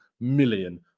million